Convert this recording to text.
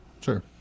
Sure